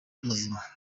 muzima